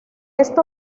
esta